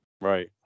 Right